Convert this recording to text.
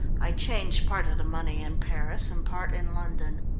i changed part of the money in paris, and part in london.